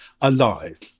alive